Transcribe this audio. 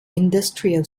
industrial